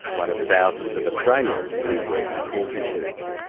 one of thousands of australians who work in call centres.